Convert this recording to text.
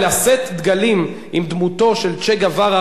לשאת דגלים עם דמותו של צ'ה גווארה,